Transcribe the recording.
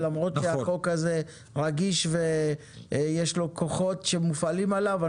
למרות שהחוק הזה רגיש ויש כוחות שמופעלים עליו,